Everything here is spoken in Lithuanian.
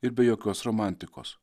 ir be jokios romantikos